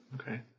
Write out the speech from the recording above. Okay